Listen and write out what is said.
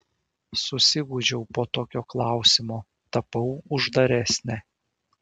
susigūžiau po tokio klausimo tapau uždaresnė